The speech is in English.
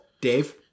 Dave